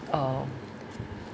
uh